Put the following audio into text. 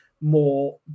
more